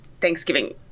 Thanksgiving